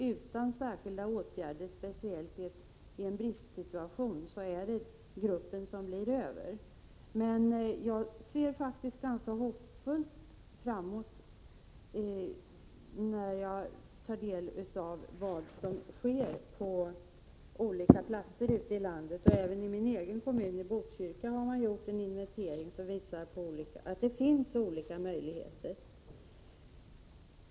Utan särskilda åtgärder, speciellt i en bristsituation, är det den gruppen som blir över. Men jag ser framåt ganska hoppfullt, när jag tar del av det som sker på olika platser ute i landet. Även i min egen kommun, Botkyrka, har man gjort en inventering som visar att det finns olika möjligheter.